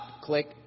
Click